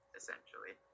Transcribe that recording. essentially